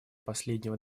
последнего